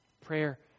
Prayer